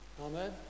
Amen